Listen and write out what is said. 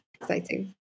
Exciting